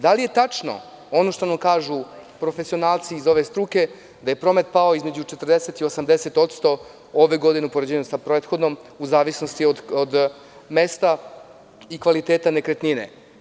Da li je tačno ono što kažu profesionalci iz ove struke da je promet pao između 4o% i 80% ove godine, u poređenju sa prethodnom u zavisnosti od mesta i kvaliteta nekretnine?